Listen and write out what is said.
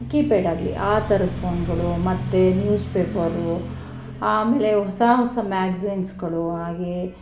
keypad ಆಗಲಿ ಆ ಥರದ್ ಫೋನ್ಗಳು ಮತ್ತು ನ್ಯೂಸ್ ಪೇಪರ್ ಆಮೇಲೆ ಹೊಸ ಹೊಸ ಮ್ಯಾಗ್ಜೀನ್ಸ್ಗಳು ಹಾಗೆ